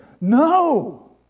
No